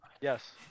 Yes